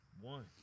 One